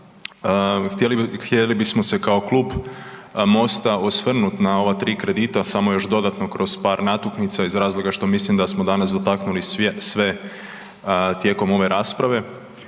htjeli bismo se kao klub Mosta osvrnuti na ova 3 kredita, samo još dodatno kroz par natuknica iz razloga što mislim da smo danas dotaknuli sve tijekom ove rasprave.